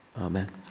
Amen